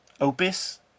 Opus